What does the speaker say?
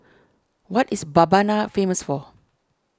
what is Mbabana famous for